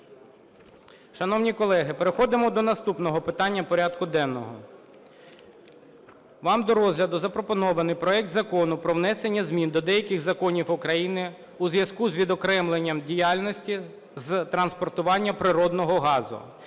Шановні колеги, переходимо до наступного питання порядку денного. Вам до розгляду запропонований проект Закону про внесення змін до деяких законів України у зв'язку з відокремленням діяльності з транспортування природного газу.